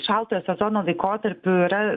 šaltojo sezono laikotarpiu yra